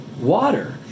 water